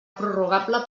prorrogable